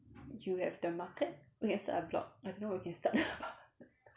you have the market you can start a blog I don't know whether you can start or not